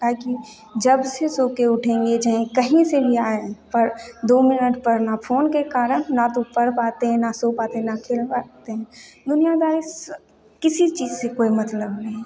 का है कि जबसे सोके उठेंगे चाहे कहीं से भी आएँ पर दो मिनट पढ़ना फ़ोन के कारण ना तो पढ़ पाते हैं ना सो पाते हैं ना खेल पाते हैं दुनियादारी स किसी चीज़ से कोई मतलब नहीं